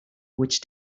which